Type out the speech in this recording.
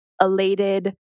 elated